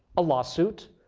a lawsuit.